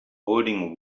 holding